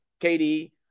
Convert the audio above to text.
KD